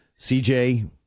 CJ